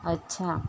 अच्छा